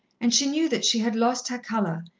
and she knew that she had lost her colour,